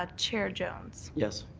ah chair jones? yes.